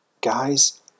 Guys